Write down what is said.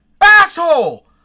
Asshole